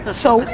ah so,